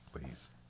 please